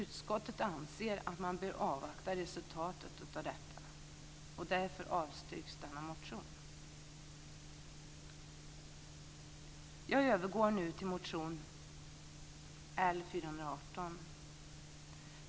Utskottet anser att man bör avvakta resultatet av detta. Därför föreslås det att denna motion avslås. Jag övergår nu till motion L418.